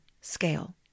scale